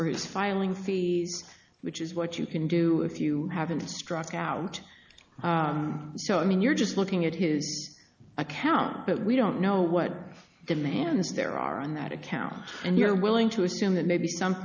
for his filing fee which is what you can do if you haven't struck out so i mean you're just looking at his account but we don't know what in the hands there are on that account and you're willing to assume that maybe some